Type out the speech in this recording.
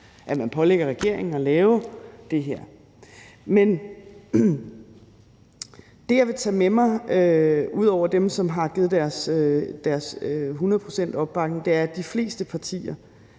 at man pålægger regeringen at lave det her. Men det, jeg vil tage med mig, ud over at nogle har bakket det hundrede procent op, er, at de fleste partier